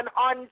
on